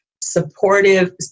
supportive